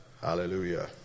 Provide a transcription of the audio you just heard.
Hallelujah